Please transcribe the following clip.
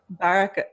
Barak